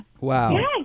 Wow